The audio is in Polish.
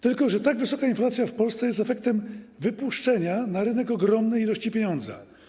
Tylko że tak wysoka inflacja w Polsce jest efektem wypuszczenia na rynek ogromnej ilości pieniądza.